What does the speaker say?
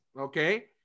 Okay